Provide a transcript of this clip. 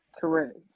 Correct